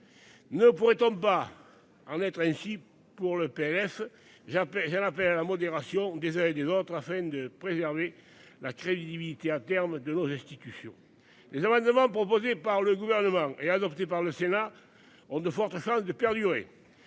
Ne pourrait-on pas en être ainsi pour le PS. J'appelle ça la fait à la modération des uns et des autres, afin de préserver la crédibilité à terme de nos institutions. Les amendements proposés par le gouvernement et adopté par le sénat ont de fortes chances de perdurer.